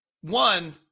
one